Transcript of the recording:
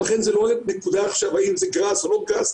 ולכן זאת לא הנקודה עכשיו האם זה גראס או לא גראס,